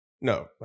No